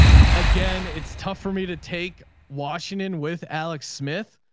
again, it's tough for me to take washington with alex smith,